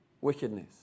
wickedness